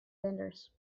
vendors